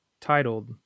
titled